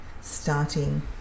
starting